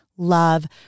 love